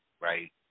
right